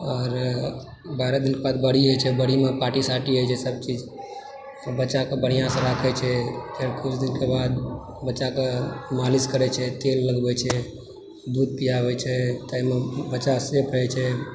आओर बारह दिनके बाद बरही होइ छै बरहीमे पार्टी सार्टी होइ छै सभ चीज बच्चाके बढ़िआँसँ राखय छै फेर किछु दिनके बाद बच्चाकेँ मालिश करय छै तेल लगबय छै दूध पिआबय छै ताहिमे बच्चा से कहय छै